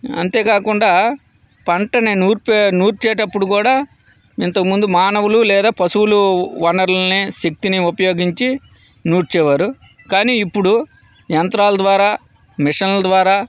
అంతేకాకుండా పంట నేను నూర్పే నూర్చేటప్పుడు కూడా ఇంతకుముందు మానవులు లేదా పశువులు వనరులని శక్తిని ఉపయోగించి నూర్చేవారు కానీ ఇప్పుడు యంత్రాల ద్వారా మిషన్ల ద్వారా